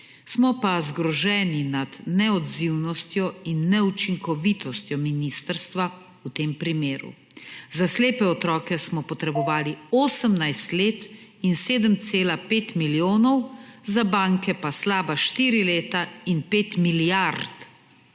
Smo pa zgroženi nad neodzivnostjo in neučinkovitostjo ministrstva v tem primeru. Za slepe otroke smo potrebovali 18 let in 7,5 milijona, za banke pa slaba štiri leta in 5 milijard.